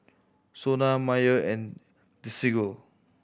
SONA Mayer and Desigual